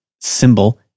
symbol